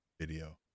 video